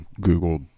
google